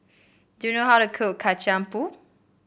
do you know how to cook Kacang Pool